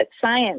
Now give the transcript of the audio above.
science